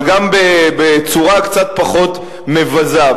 אבל בצורה קצת פחות מבזה.